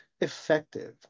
effective